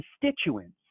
constituents